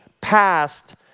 past